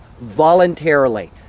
voluntarily